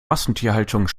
massentierhaltung